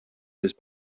his